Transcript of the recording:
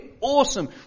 awesome